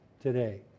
today